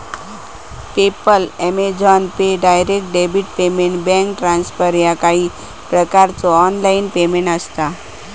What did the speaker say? PayPal, Amazon Pay, direct debit payment, bank transfer ह्या काही प्रकारचो ऑनलाइन पेमेंट आसत